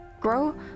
Grow